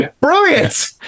Brilliant